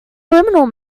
subliminal